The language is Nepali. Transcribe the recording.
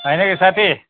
होइन कि साथी